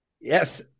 Yes